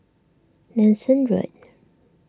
Nanson Road